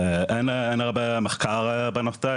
אין הרבה מחקר בנושא,